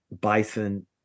bison